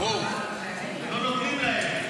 תבדקו כמה הם רוצים את זה.